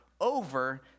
over